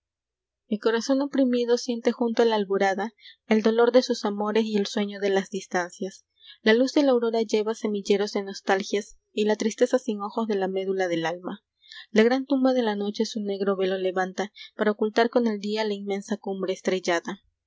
corazón oprimido m siente junto a la alborada el dolor de sus amores y el sueño de las distancias la luz de la aurora lleva semilleros de nostalgias y la tristeza sih ojos de la médula del alma la gran tumba de la noche su negro velo levanta para ocultar con el día la inmensa cumbre estrellada